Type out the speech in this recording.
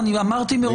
אני אמרתי מראש,